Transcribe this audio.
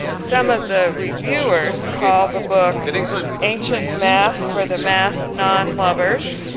some of the reviewers call the book ancient math for the math non-lovers,